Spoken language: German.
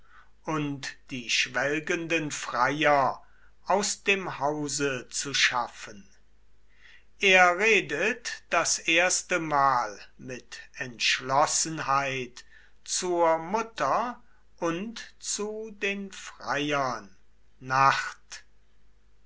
und die schwelgenden freier aus dem hause zu schaffen er redet das erstemal mit entschlossenheit zur mutter und zu den freiern nacht